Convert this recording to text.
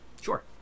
Sure